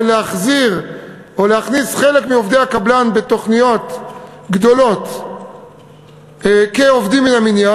להכניס חלק מעובדי הקבלן בתוכניות גדולות כעובדים מן המניין.